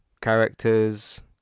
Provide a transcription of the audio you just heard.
characters